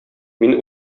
мин